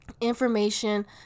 information